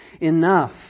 enough